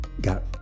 Got